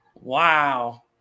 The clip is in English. Wow